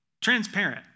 transparent